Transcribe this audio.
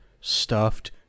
stuffed